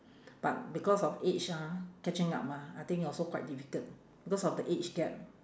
but because of age ah catching up ah I think also quite difficult because of the age gap